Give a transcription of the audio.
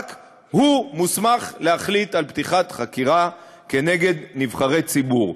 רק הוא מוסמך להחליט על פתיחת חקירה נגד נבחרי ציבור.